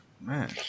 Man